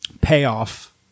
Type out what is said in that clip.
payoff